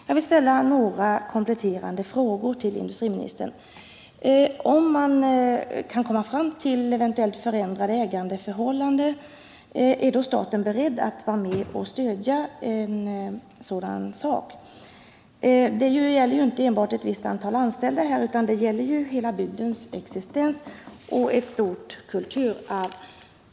Jag vill ställa några kompletterande frågor till industriministern. Om man eventuellt kan komma fram till förändrade ägandeförhållanden, är staten då beredd att vara med och stödja en sådan sak? Det gäller ju inte enbart ett visst antal anställda, utan det gäller hela bygdens existens och ett stort kulturarv.